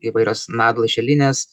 įvairios nad lašelinės